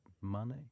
money